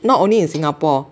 not only in Singapore